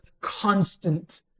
constant